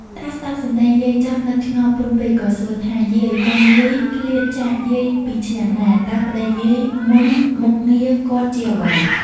តាស្ដាប់សំដីយាយចប់ នឹកឆ្ងល់ពន់ពេកក៏សួរថា យាយ កូនយាយ ឃ្លាតចាកយាយពីឆ្នាំណា តើប្ដីយាយមុនមុខងារគាត់ជាអ្វី ។